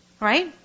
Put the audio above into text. Right